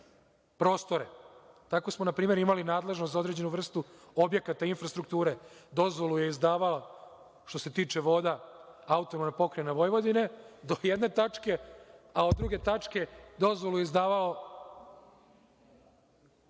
prostore, tako smo npr. imali nadležnost za određenu vrstu objekata infrastrukture, dozvolu je izdavala što se tiče voda AP Vojvodina do jedne tačke, a od druge tačke dozvolu je izdavao